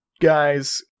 guys